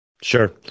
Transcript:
Sure